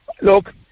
Look